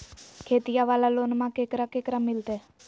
खेतिया वाला लोनमा केकरा केकरा मिलते?